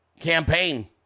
campaign